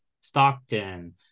Stockton